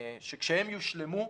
שכשהם יושלמו,